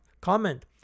Comment